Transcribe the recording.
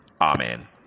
Amen